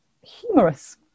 humorous